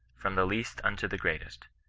from the least unto the greatest!